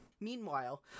meanwhile